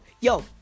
yo